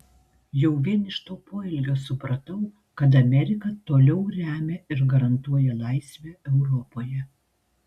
jau vien iš to poelgio supratau kad amerika toliau remia ir garantuoja laisvę europoje